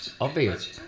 obvious